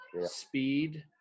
speed